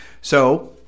So-